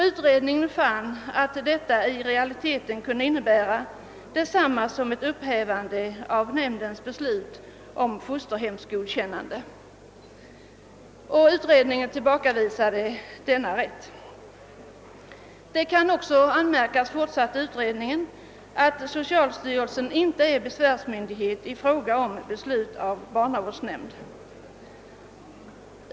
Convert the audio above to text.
Utredningen fann att sådan rätt i realiteten kunde innebära detsamma som ett upphävande av nämndens beslut om fosterhems godkännande, och utredningen avvisade därför propån. Det kan också anmärkas, framhöll utredningen, att socialstyrelsen inte är besvärsmyndighet i fråga om beslut av barnavårdsnämnd.